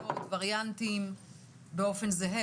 התפרצויות ווריאנטים זהים.